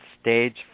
stage